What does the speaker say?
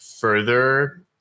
further